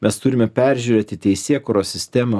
mes turime peržiūrėti teisėkūros sistemą